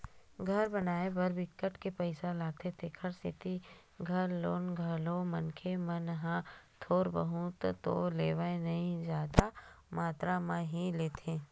घर के बनाए म बिकट के पइसा लागथे तेखर सेती घर लोन घलो मनखे मन ह थोर बहुत तो लेवय नइ जादा मातरा म ही लेथे